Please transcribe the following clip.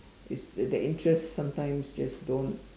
it's the interests sometimes just don't